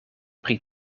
pri